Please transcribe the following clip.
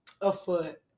afoot